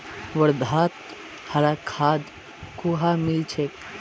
वर्धात हरा खाद कुहाँ मिल छेक